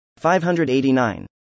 589